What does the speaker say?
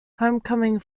homecoming